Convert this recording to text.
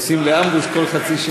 עושים לי אמבוש כל חצי שעה.